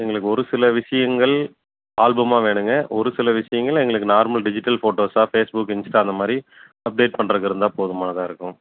எங்களுக்கு ஒரு சில விஷயங்கள் ஆல்பமாக வேணுங்க ஒரு சில விஷயங்கள் எங்களுக்கு நார்மல் டிஜிட்டல் ஃபோட்டோஸாக ஃபேஸ்புக் இன்ஸ்டா அந்த மாதிரி அப்டேட் பண்ணுறதுக்கு இருந்தால் போதுமானதாக இருக்கும்